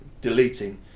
deleting